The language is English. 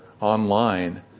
online